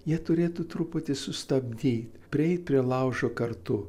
jie turėtų truputį sustabdyt prieit prie laužo kartu